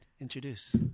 Introduce